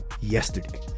yesterday